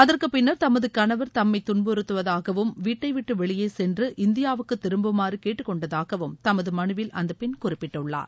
அதற்கு பின்னா் தமது கணவா் தம்மை துன்புறுத்துவதாகவும் வீட்டைவிட்டு வெளியே சென்று இந்தியாவுக்கு திரும்புமாறு கேட்டுக்கொண்டதாகவும தமது மனுவில் அந்த பெண் குறிப்பிட்டுள்ளார்